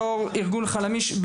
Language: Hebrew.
יו״ר ארגון חלמיש,